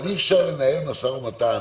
אי-אפשר לנהל משא-ומתן,